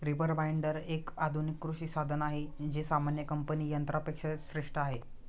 reaper binder, एक आधुनिक कृषी साधन आहे जे सामान्य कापणी यंत्रा पेक्षा श्रेष्ठ आहे